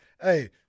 hey